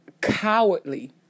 cowardly